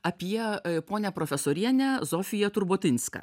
apie ponią profesorienę zofiją turbotinską